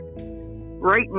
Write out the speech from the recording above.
right